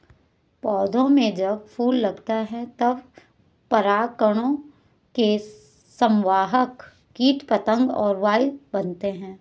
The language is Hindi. पौधों में जब फूल लगता है तब परागकणों के संवाहक कीट पतंग और वायु बनते हैं